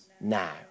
Now